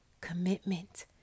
commitment